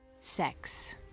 sex